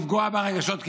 לפגוע ברגשות?